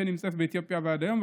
שנמצאת באתיופיה עד היום,